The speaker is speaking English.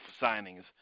signings